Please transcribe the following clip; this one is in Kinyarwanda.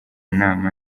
nama